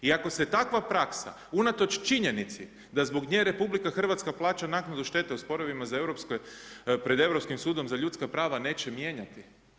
I ako se takva praksa unatoč činjenici da zbog nje RH plaća naknadu štete u sporovima pred Europskim sudom za ljudska prava, neće mijenjati.